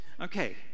okay